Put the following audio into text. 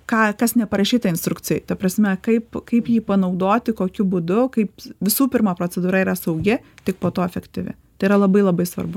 ką kas neparašyta instrukcijoj ta prasme kaip kaip jį panaudoti kokiu būdu kaip visų pirma procedūra yra saugi tik po to efektyvi tai yra labai labai svarbu